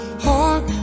Hark